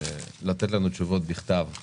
לתת לנו תשובות בכתב על